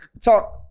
talk